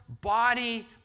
body